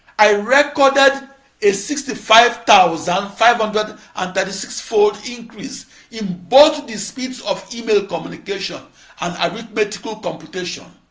i recorded a sixty five thousand five hundred and thirty six fold increase in both the speeds of email communication and arithmetical computation.